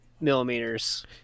millimeters